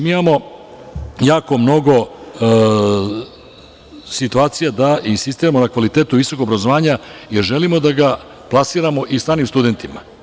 Mi imamo jako mnogo situacija da insistiramo na kvalitetu visokog obrazovanja, jer želimo da ga plasiramo i stranim studentima.